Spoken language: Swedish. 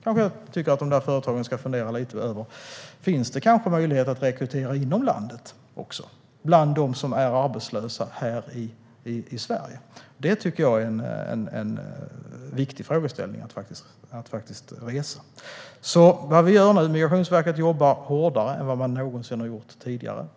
Jag tycker att företagen ska fundera lite över om det kanske finns möjlighet att rekrytera också inom landet, bland dem som är arbetslösa här i Sverige. Det tycker jag är en viktig frågeställning att resa. Vad vi gör nu är detta: Migrationsverket jobbar hårdare än man någonsin har gjort tidigare.